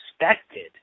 expected